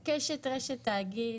קשת, רשת, תאגיד.